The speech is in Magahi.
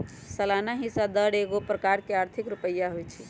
सलाना हिस्सा दर एगो प्रकार के आर्थिक रुपइया होइ छइ